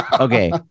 Okay